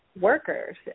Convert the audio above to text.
workers